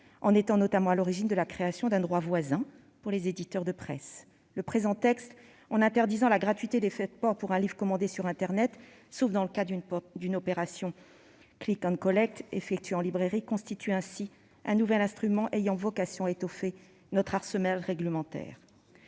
en étant notamment à l'origine de la création d'un droit voisin pour les éditeurs de presse. Le présent texte, en interdisant la gratuité des frais de port pour un livre commandé sur internet, sauf dans le cas d'une opération «» effectuée en librairie, constitue ainsi un nouvel instrument sectoriel ayant vocation à étoffer notre arsenal réglementaire.